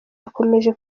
yakomeje